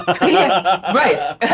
Right